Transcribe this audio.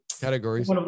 categories